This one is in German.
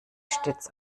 stets